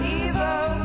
evil